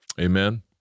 amen